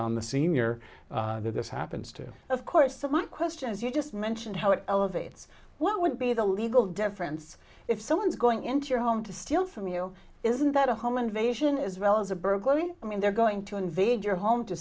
on the senior that this happens to of course the one question as you just mentioned how it elevates what would be the legal difference if someone's going into your home to steal from you isn't that a home invasion isabelle's a burglary i mean they're going to invade your home to